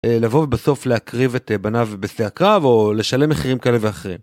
לבוא ובסוף להקריב את בניו בשדה הקרב, או לשלם מחירים כאלה ואחרים.